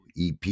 EP